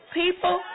people